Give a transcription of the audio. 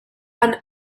and